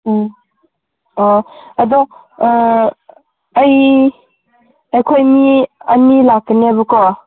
ꯎꯝ ꯑꯣ ꯑꯗꯨ ꯑꯩ ꯑꯩꯈꯣꯏꯅꯤ ꯑꯅꯤ ꯂꯥꯛꯀꯅꯦꯕꯀꯣ